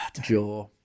jaw